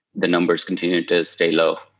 the numbers continue to stay low.